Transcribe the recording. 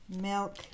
milk